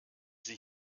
sie